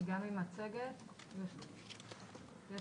יש